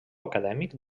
acadèmic